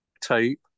tape